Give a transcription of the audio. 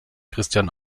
christian